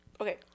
Okay